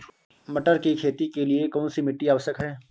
मटर की खेती के लिए कौन सी मिट्टी आवश्यक है?